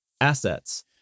assets